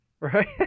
Right